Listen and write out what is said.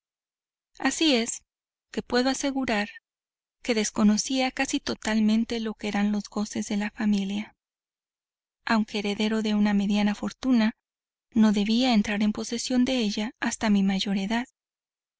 así es que puedo asegurar que desconocía casi totalmente lo que eran los goces de familia aunque heredero de una mediana fortuna no debía entrar en posesión de ella hasta mi mayor edad